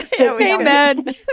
Amen